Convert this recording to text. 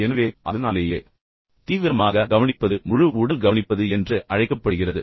எனவே அதனாலேயே தீவிரமாக கவனிப்பது முழு உடல் கவனிப்பது என்று அழைக்கப்படுகிறது